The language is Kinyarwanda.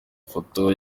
ifoto